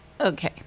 Okay